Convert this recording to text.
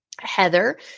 Heather